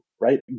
right